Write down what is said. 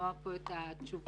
לשמוע כאן את התשובות.